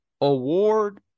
Award